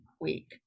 week